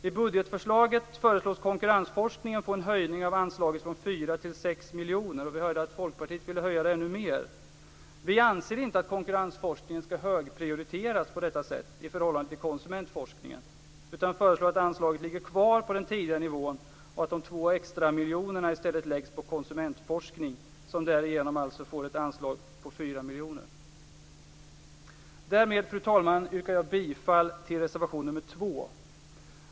I budgetförslaget föreslås konkurrensforskningen få en höjning av anslaget från 4 till 6 miljoner, och vi hörde att Folkpartiet ville höja det ännu mer. Vi anser inte att konkurrensforskningen skall högprioriteras på detta sätt i förhållande till konsumentforskningen, utan föreslår att anslaget skall ligga kvar på den tidigare nivån och att de 2 extramiljonerna i stället läggs på konsumentforskning som därigenom får ett anslag på 4 miljoner. Därmed, fru talman, yrkar jag bifall till reservation nr 2.